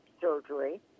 surgery